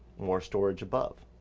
more storage above.